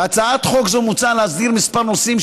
בהצעת חוק זו מוצע להסדיר כמה נושאים,